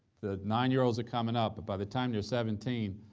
the nine-year-olds are coming up, but by the time you're seventeen,